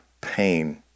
pain